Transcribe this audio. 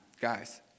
guys